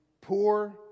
poor